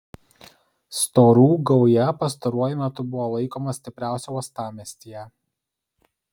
storų gauja pastaruoju metu buvo laikoma stipriausia uostamiestyje